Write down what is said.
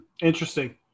Interesting